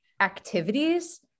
activities